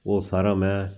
ਉਹ ਸਾਰਾ ਮੈਂ